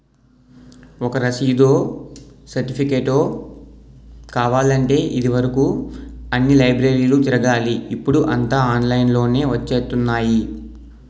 ఒక రసీదో, సెర్టిఫికేటో కావాలంటే ఇది వరుకు అన్ని లైబ్రరీలు తిరగాలి ఇప్పుడూ అంతా ఆన్లైన్ లోనే వచ్చేత్తున్నాయి